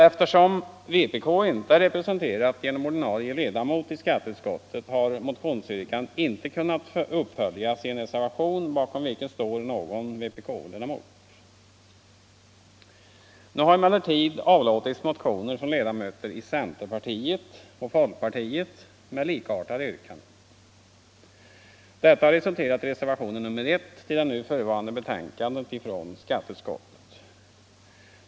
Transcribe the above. Eftersom vpk inte är representerat genom ordinarie ledamot i skatteutskottet har motionsyrkandet inte kunnat följas upp i en reservation bakom vilken står någon vpk-ledamot. Nu har emellertid motioner väckts av ledamöter i centerpartiet och folkpartiet med likartade yrkanden. Det har resulterat i reservationen 1 vid det nu förevarande betänkandet från skatteutskottet.